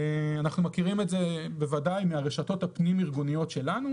אנחנו מכירים את זה בוודאי מהרשתות הפנים ארגוניות שלנו.